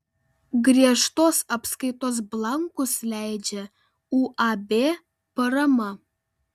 griežtos apskaitos blankus leidžia uab parama